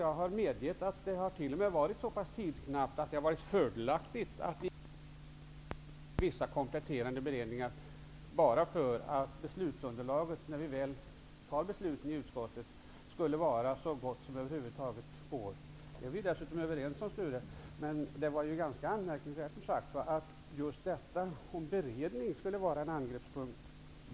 Jag har medgett att det t.o.m. har varit så tidknappt att det varit fördelaktigt att i efterhand göra vissa kompletterande beredningar för att beslutsunderlaget i utskottet skulle vara så gott som över huvud taget är möjligt. Det är vi överens om, Sture Ericson. Det var dock ganska anmärkningsvärt att just beredningen skulle vara en angreppspunkt.